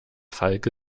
falke